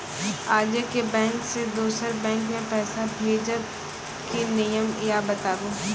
आजे के बैंक से दोसर बैंक मे पैसा भेज ब की नियम या बताबू?